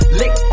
lick